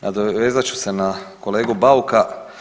Nadovezat ću se na kolegu Bauka.